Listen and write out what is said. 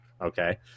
Okay